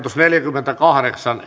neljäkymmentäkahdeksan